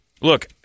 Look